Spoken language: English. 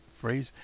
phrase